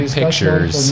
pictures